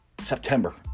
September